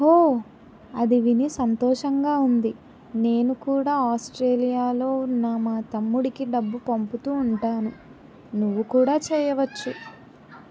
ఓహ్ అది విని సంతోషంగా ఉంది నేను కుడా ఆస్ట్రేలియాలో ఉన్న మా తమ్ముడికి డబ్బు పంపుతూ ఉంటాను నువ్వు కూడా చేయవచ్చు